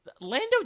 Lando